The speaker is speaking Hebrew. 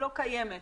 לא קיימת.